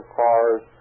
cars